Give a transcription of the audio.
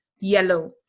yellow